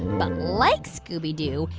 but like scooby-doo,